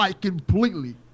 completely